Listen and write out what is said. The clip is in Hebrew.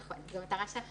נכון, זו מטרה שאפתנית.